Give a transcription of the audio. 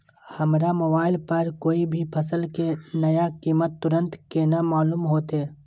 हमरा मोबाइल पर कोई भी फसल के नया कीमत तुरंत केना मालूम होते?